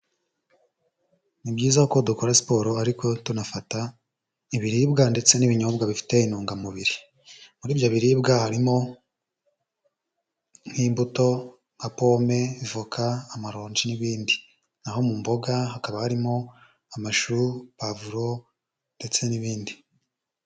Ni byiza ko dukora siporo ariko tunafata ibiribwa ndetse n'ibinyobwa bifite intungamubiri, muri ibyo biribwa harimo nk'imbuto, nka pome, voka, amaronji n'ibindi, naho mu mboga hakaba harimo amashu, pavuro ndetse n'ibindi.